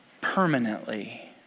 permanently